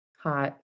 hot